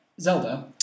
Zelda